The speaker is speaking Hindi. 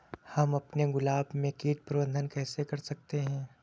हम अपने गुलाब में कीट प्रबंधन कैसे कर सकते है?